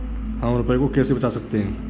हम रुपये को कैसे बचा सकते हैं?